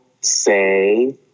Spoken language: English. say